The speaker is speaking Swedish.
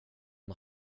jag